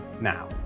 now